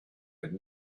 had